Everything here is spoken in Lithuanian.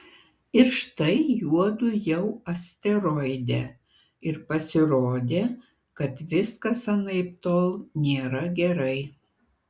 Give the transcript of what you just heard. ir štai juodu jau asteroide ir pasirodė kad viskas anaiptol nėra gerai